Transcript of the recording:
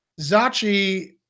Zachi